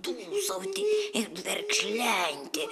dūsauti ir verkšlenti